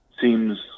seems